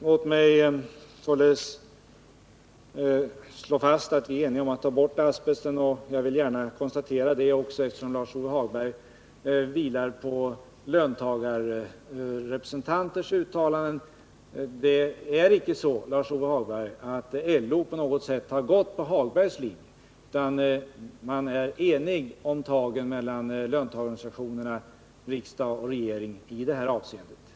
Låt mig således slå fast att vi är eniga om att ta bort asbesten. Jag vill gärna konstatera det, eftersom Lars-Ove Hagberg grundar sig på löntagarrepresen tanters uttalande. Det är icke så att LO på något sätt har gått på Lars-Ove Hagbergs linje, utan man är enig om tagen mellan löntagarorganisationer, riksdag och regering i detta avseende.